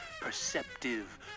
perceptive